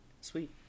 sweet